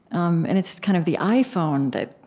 um and it's kind of the iphone that,